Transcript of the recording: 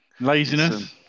Laziness